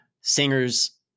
Singer's